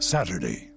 Saturday